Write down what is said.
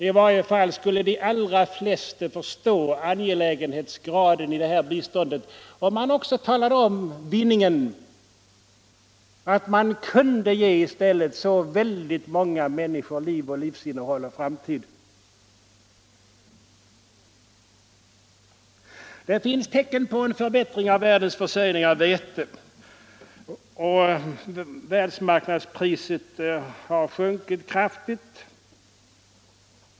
I varje fall skulle 133 de allra flesta förstå angelägenhetsgraden i detta bistånd, speciellt om man talar om vinningen: att man kan ge så många människor liv och livsinnehåll. Det finns tecken på en förbättring av världens försörjning med vete. Världsmarknadspriset har sjunkit kraftigt.